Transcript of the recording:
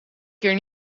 keer